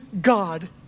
God